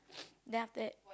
then after that